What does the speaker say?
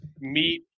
meet